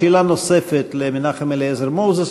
שאלה נוספת למנחם אליעזר מוזס.